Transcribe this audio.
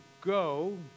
go